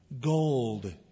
Gold